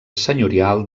senyorial